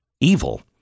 evil